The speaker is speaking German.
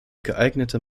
geeignete